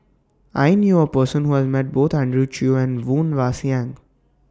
I knew A Person Who has Met Both Andrew Chew and Woon Wah Siang